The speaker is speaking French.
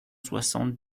soixante